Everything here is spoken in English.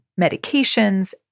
medications